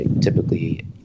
Typically